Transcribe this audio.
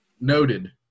Noted